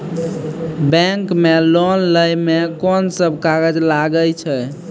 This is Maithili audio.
बैंक मे लोन लै मे कोन सब कागज लागै छै?